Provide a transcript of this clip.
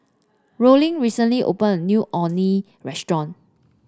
Rollin recently opened a new Orh Nee Restaurant